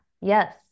Yes